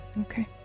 okay